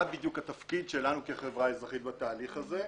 בדיוק התפקיד שלנו כחברה אזרחית בתהליך הזה.